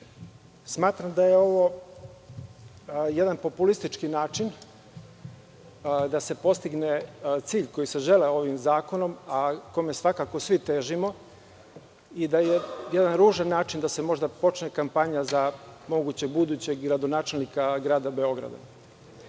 da je ovo jedan populistički način da se postigne cilj koji se želeo ovim zakonom, a kome svakako svi težimo i da je jedan ružan način da se možda počne kampanja za mogućeg budućeg gradonačelnika Grada Beograda. Mislim